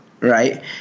Right